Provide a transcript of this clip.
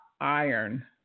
iron